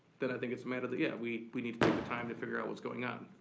then i think it's a matter, that, yeah, we we need to take the time to figure out what's going on,